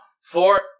Four